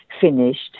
finished